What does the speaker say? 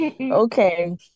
okay